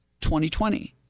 2020